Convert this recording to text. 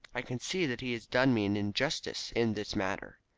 i can see that he has done me an injustice in this matter.